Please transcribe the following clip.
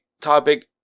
topic